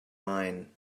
mine